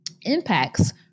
impacts